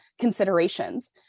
considerations